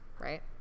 Right